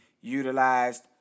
utilized